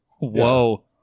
whoa